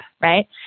right